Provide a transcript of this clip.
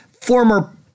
former